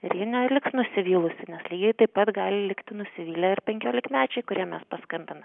ir ji neliks nusivylusi nes lygiai taip pat gali likti nusivylę ir penkiolikmečiai kuriem mes paskambiname